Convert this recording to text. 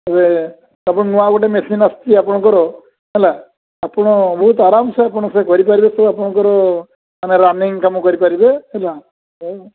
ଏବେ ଆପଣ ନୂଆ ଗୋଟେ ମେସିନ୍ ଆସୁଛି ଆପଣଙ୍କର ହେଲା ଆପଣ ବହୁତ ଆରାମ ସେ ଆପଣ ସେ କରିପାରିବେ ସେ ଆପଣଙ୍କର ରନିଙ୍ଗ୍ କାମ କରିପାରିବେ ହେଲା